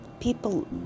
people